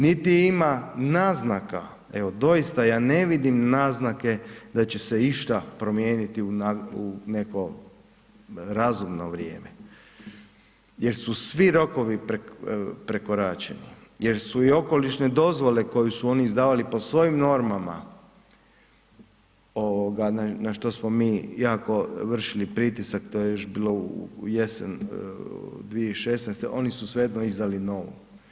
Niti ima naznaka, evo doista ja ne vidim naznake da će se išta promijeniti u neko razumno vrijeme jer su svi rokovi prekoračeni, jer su i okolišne dozvole koju su oni izdavali po svojim normama na što smo mi jako vršili pritisak, to je još bilo u jesen 2016., oni su svejedno izdali novu.